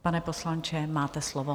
Pane poslanče, máte slovo.